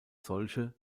solche